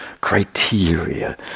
Criteria